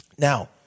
Now